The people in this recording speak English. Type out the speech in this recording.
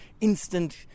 instant